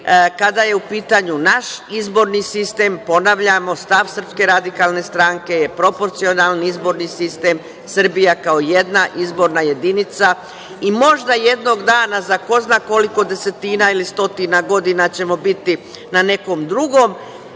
je u pitanju naš izborni sistem ponavljamo, stav SRS je proporcionalni izborni sistem, Srbija kao jedna izborna jedinica i možda jednog dana za ko zna koliko desetina ili stotina godina ćemo biti na nekom drugom